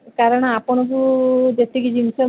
କାରଣ ଆପଣଙ୍କୁ ଯେତିକି ଜିନିଷ ମୁଁ